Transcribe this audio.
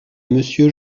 monsieur